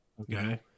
okay